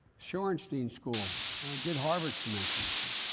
shorenstein school. when i did harvard's commencement this year.